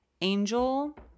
angel